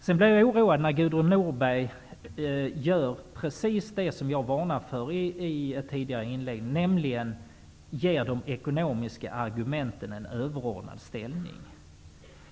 Sedan blir jag oroad när Gudrun Norberg gör precis det som jag varnade för i tidigare inlägg, nämligen ger de ekonomiska argumenten en överordnad ställning.